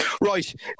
Right